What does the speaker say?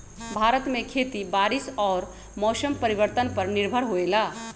भारत में खेती बारिश और मौसम परिवर्तन पर निर्भर होयला